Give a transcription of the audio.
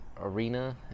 arena